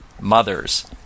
Mothers